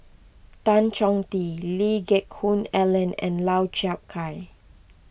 Tan Chong Tee Lee Geck Hoon Ellen and Lau Chiap Khai